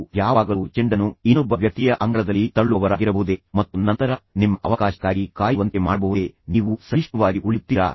ನೀವು ಯಾವಾಗಲೂ ಚೆಂಡನ್ನು ಇನ್ನೊಬ್ಬ ವ್ಯಕ್ತಿಯ ಅಂಗಳದಲ್ಲಿ ತಳ್ಳುವವರಾಗಿರಬಹುದೇ ಮತ್ತು ನಂತರ ನಿಮ್ಮ ಅವಕಾಶಕ್ಕಾಗಿ ಕಾಯುವಂತೆ ಮಾಡಬಹುದೇ ನೀವು ಸಹಿಷ್ಣುವಾಗಿ ಉಳಿಯುತ್ತೀರಾ